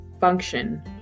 function